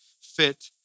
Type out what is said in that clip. fit